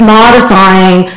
modifying